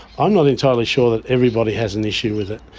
i'm not entirely sure that everybody has an issue with it.